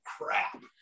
crap